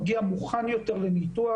מגיע מוכן יותר לניתוח.